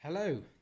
Hello